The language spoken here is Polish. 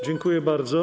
Dziękuję bardzo.